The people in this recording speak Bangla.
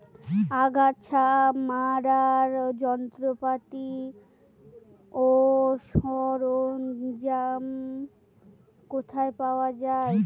আগাছা মারার যন্ত্রপাতি ও সরঞ্জাম কোথায় পাওয়া যাবে?